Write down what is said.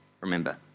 Remember